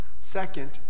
Second